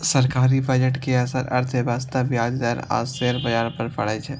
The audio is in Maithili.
सरकारी बजट के असर अर्थव्यवस्था, ब्याज दर आ शेयर बाजार पर पड़ै छै